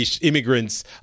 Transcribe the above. immigrants